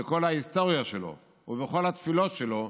שכל ההיסטוריה שלו, ושבכל התפילות שלו,